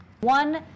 One